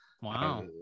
wow